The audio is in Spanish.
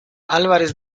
álvarez